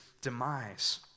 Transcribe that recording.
demise